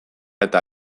eta